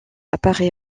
apparaît